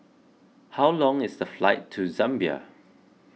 how long is the flight to Zambia